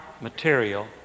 material